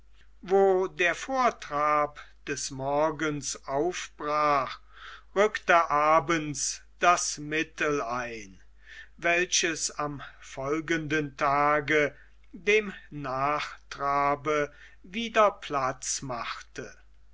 wo der vortrab des morgens aufbrach rückte abends das mittel ein welches am folgenden tage dem nachtrabe wieder platz machte